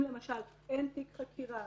אם למשל אין תיק חקירה,